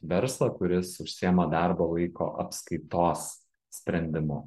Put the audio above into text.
verslą kuris užsiema darbo laiko apskaitos sprendimu